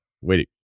wait